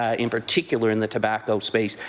ah in particular in the tobacco space.